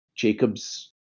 Jacobs